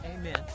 Amen